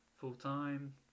full-time